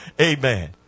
Amen